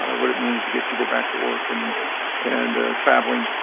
what it means to get people back to work and and traveling,